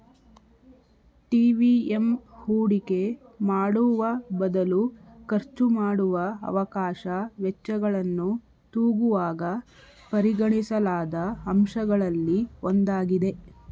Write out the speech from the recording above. TVM ಹೂಡಿಕೆ ಮಾಡುವಬದಲು ಖರ್ಚುಮಾಡುವ ಅವಕಾಶ ವೆಚ್ಚಗಳನ್ನು ತೂಗುವಾಗ ಪರಿಗಣಿಸಲಾದ ಅಂಶಗಳಲ್ಲಿ ಒಂದಾಗಿದೆ